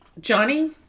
Johnny